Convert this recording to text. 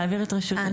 להעביר את רשות הדיבור.